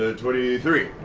ah twenty three.